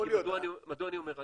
מדוע אני אומר?